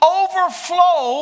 overflow